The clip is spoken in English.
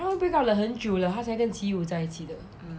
他们 break up 了很久了他才跟 qi yuwu 在一起的